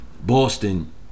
Boston